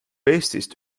eestist